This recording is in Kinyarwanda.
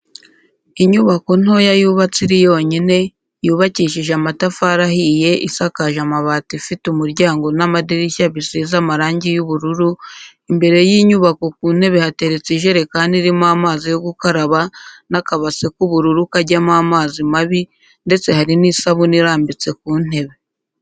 Inyubako ntoya yubatse iri yonyine, yubakishije amatafari ahiye isakaje amabati ifite umuryango n'amadirishya bisize amarangi y'ubururu, imbere y'inyubako ku ntebe hateretse ijerekani irimo amazi yo gukaraba n'akabase k'ubururu kajyamo amazi mabi ndetse hari n'isabuni irambitse ku ntebe.